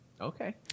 Okay